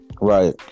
right